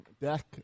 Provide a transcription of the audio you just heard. deck